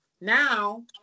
now